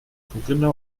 corinna